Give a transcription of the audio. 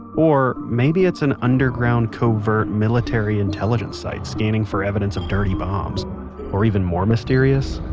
or maybe it's an underground covert military intelligence site scanning for evidence of dirty bombs or even more mysterious,